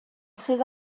sydd